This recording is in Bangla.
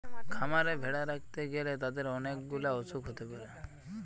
খামারে ভেড়া রাখতে গ্যালে তাদের অনেক গুলা অসুখ হতে পারে